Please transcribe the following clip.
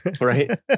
right